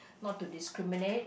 not to discriminate